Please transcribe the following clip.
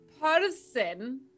person